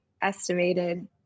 estimated